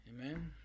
Amen